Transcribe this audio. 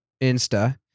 Insta